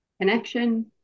connection